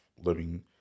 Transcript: living